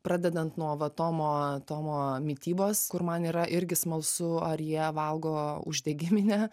pradedant nuo va tomo tomo mitybos kur man yra irgi smalsu ar jie valgo uždegiminę